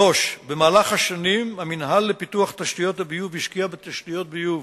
3. במהלך השנים המינהל לפיתוח תשתיות הביוב השקיע בתשתיות ביוב